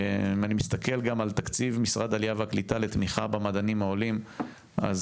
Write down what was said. אני מסתכל גם על תקציב משרד העלייה והקליטה לתמיכה במדענים העולים אז